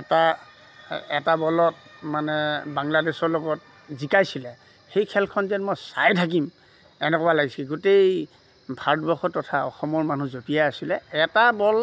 এটা এটা বলত মানে বাংলাদেশৰ লগত জিকাইছিলে সেই খেলখন যেন মই চাই থাকিম এনেকুৱা লাগিছিল গোটেই ভাৰতবৰ্ষৰ তথা অসমৰ মানুহ জপিয়াই আছিলে এটা বল